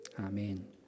Amen